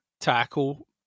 tackle